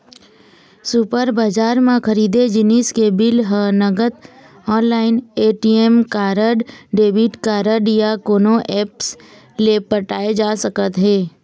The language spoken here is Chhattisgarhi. सुपर बजार म खरीदे जिनिस के बिल ह नगद, online, ATM card, credit card या कोनो ऐप्स ले पटाए जा सकत हे